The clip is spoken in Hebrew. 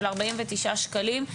של ארבעים ושישה שקלים.